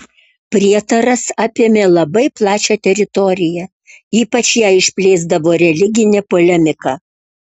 prietaras apėmė labai plačią teritoriją ypač ją išplėsdavo religinė polemika